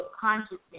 consciousness